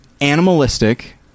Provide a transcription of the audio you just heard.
animalistic